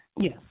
yes